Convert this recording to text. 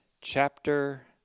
chapter